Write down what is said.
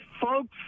folks